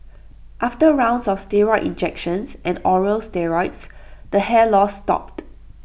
after rounds of steroid injections and oral steroids the hair loss stopped